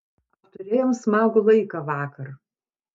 apturėjom smagų laiką vakar